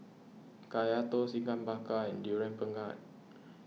Kaya Toast Ikan Bakar and Durian Pengat